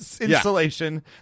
insulation